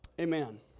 Amen